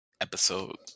episode